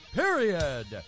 period